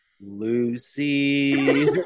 Lucy